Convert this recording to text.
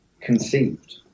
conceived